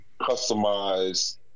customize